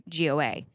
GOA